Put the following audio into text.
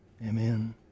Amen